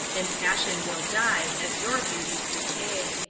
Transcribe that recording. and passion will die as your beauties decay.